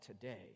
today